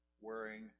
wearing